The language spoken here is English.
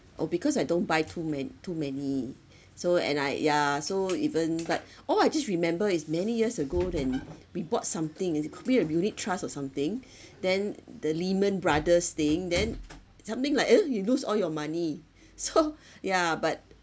oh because I don't buy too ma~ too many so and I yeah so even like all I just remember is many years ago then we bought something it's called a unit trust or something then the lehman brothers thing then something like ugh you lose all your money so yeah but